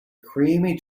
creamy